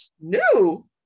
New